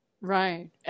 Right